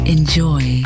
Enjoy